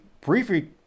briefly